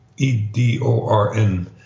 E-D-O-R-N